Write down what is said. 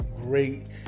great